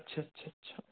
আচ্ছা আচ্ছা আচ্ছা